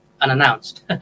unannounced